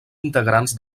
integrants